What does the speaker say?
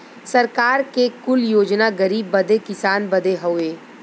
सरकार के कुल योजना गरीब बदे किसान बदे हउवे